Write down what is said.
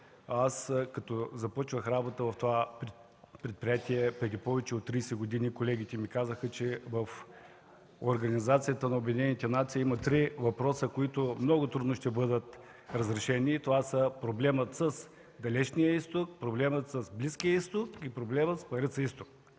Аз, като започвах работа в това предприятие преди повече от 30 години, колегите ми казаха, че в Организацията на обединените нации има три въпроса, които много трудно ще бъдат разрешени. Това са проблемът с Далечния изток, проблемът с Близкия изток и проблемът с „Марица изток”.